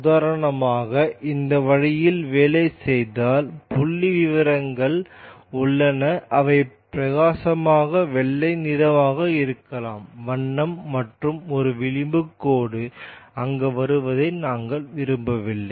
உதாரணமாக இந்த வழியில் வேலை செய்தால் புள்ளிவிவரங்கள் உள்ளன அவை பிரகாசமான வெள்ளை நிறமாக இருக்கலாம் வண்ணம் மற்றும் ஒரு விளிம்பு கோடு அங்கு வருவதை நாங்கள் விரும்பவில்லை